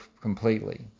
completely